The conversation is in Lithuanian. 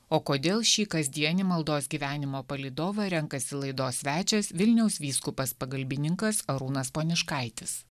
o kodėl šį kasdienį maldos gyvenimo palydovą renkasi laidos svečias vilniaus vyskupas pagalbininkas arūnas poniuškaitis